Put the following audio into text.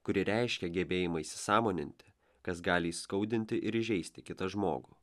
kuri reiškia gebėjimą įsisąmoninti kas gali įskaudinti ir įžeisti kitą žmogų